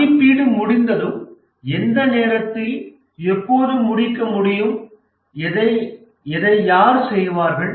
மதிப்பீடு முடிந்ததும் எந்த நேரத்தில் எப்போது முடிக்க முடியும் எதை எதை யார் செய்வார்கள்